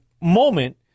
moment